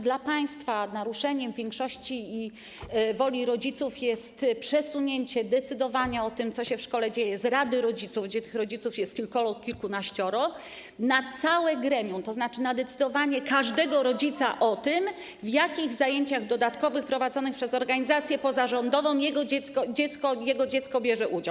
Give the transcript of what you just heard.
Dla państwa naruszeniem większości i woli rodziców jest przesunięcie decydowania o tym, co się w szkole dzieje, z rady rodziców, gdzie tych rodziców jest kilkoro, kilkanaścioro, na całe gremium, tzn. w kierunku decydowania każdego rodzica o tym, w jakich zajęciach dodatkowych prowadzonych przez organizację pozarządową jego dziecko bierze udział.